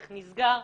איך נסגר.